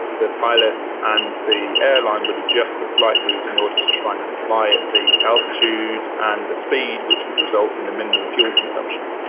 the pilot and the airline would adjust the flight route and in order to try and fly at the altitude and the speed which would result in the minimum fuel consumption.